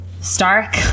stark